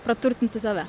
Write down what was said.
praturtinti save